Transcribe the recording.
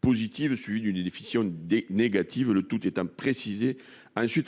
positive et une définition négative, le tout devant être précisé